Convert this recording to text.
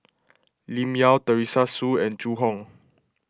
Lim Yau Teresa Hsu and Zhu Hong